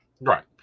right